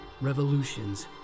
revolutions